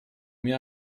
mir